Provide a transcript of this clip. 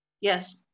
yes